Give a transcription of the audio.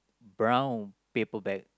brown paper bag